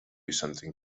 something